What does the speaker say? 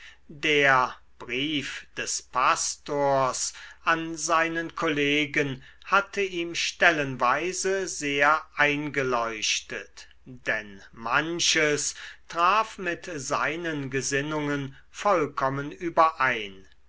der brief des pastors an seinen kollegen hatte ihm stellenweise sehr eingeleuchtet denn manches traf mit seinen gesinnungen vollkommen überein